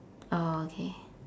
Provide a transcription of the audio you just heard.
oh K